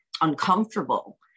uncomfortable